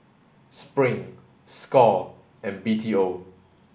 Spring Score and B T O